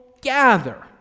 gather